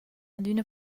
adüna